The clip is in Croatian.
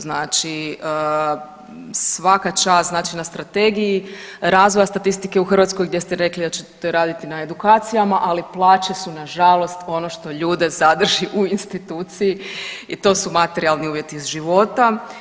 Znači svaka čast znači na strategiji, razvoja statistike u Hrvatskoj gdje ste rekli da ćete raditi na edukacijama, ali plaće su nažalost ono što ljude zadrži u instituciji i to su materijalni uvjeti života.